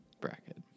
Bracket